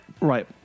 right